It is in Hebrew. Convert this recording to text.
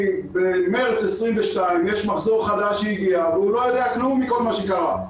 כי במרס 2022 יש מחזור חדש שהגיע והוא לא יודע כלום מכל מה שקרה.